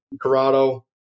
corrado